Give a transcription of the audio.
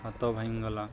ହାତ ଭାଙ୍ଗି ଗଲା